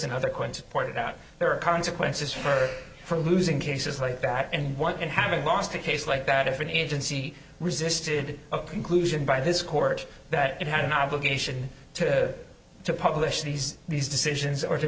and other quinta pointed out there are consequences for for losing cases like that and what and having lost a case like that if an agency resisted a conclusion by this court that it had an obligation to to publish these these decisions or to